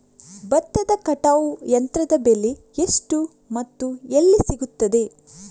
ಭತ್ತದ ಕಟಾವು ಯಂತ್ರದ ಬೆಲೆ ಎಷ್ಟು ಮತ್ತು ಎಲ್ಲಿ ಸಿಗುತ್ತದೆ?